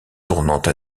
tournante